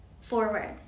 forward